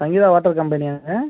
Sangeetha water கம்பெனியாங்க